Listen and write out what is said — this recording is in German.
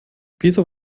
wieso